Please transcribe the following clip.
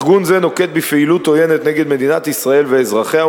ארגון זה נוקט פעילות עוינת נגד מדינת ישראל ואזרחיה,